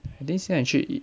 then 现在去 eat